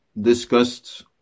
discussed